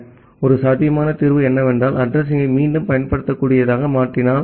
எனவே ஒரு சாத்தியமான தீர்வு என்னவென்றால் அட்ரஸிங்யை மீண்டும் பயன்படுத்தக்கூடியதாக மாற்றினால்